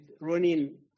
running